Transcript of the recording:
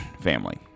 family